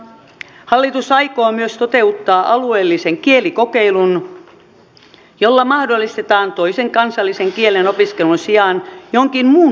hallitus aikoo myös toteuttaa alueellisen kielikokeilun jolla mahdollistetaan toisen kansallisen kielen opiskelun sijaan jonkin muun kielen opiskelu